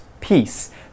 peace